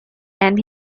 and